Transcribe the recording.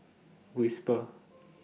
whisper